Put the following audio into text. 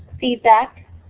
feedback